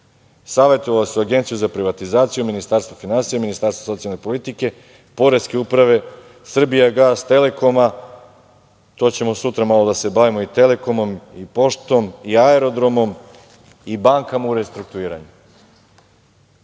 Savetovao se u Agenciji za privatizaciju, Ministarstva finansija, Ministarstva socijalne politike, Poreske uprave, „Srbijagas“, „Telekoma“. To ćemo sutra malo da se bavimo i "Telekomom" i Poštom i Aerodromom i bankama u restrukturiranju. Gde